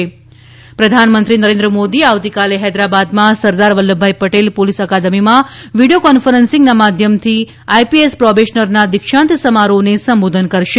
પ્રધાનમંત્રી સંબોધન પ્રધાનમંત્રી નરેન્દ્ર્ય મોદી આવતીકાલે હૈદરાબાદમાં સરદાર વલ્લભભાઇ પટેલ પોલીસ અકાદમીમાં વિડીઓ કોન્ફરન્સીંગના માધ્યમથી આઇપીએસ પ્રોબેશનરના દીક્ષાંત સમારોહને સંબોધન કરશે